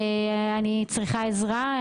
ואם אני צריכה עזרה,